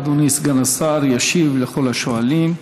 אדוני סגן השר ישיב לכל השואלים.